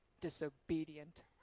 Disobedient